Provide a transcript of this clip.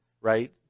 right